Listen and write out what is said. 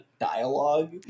dialogue